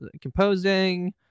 composing